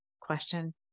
question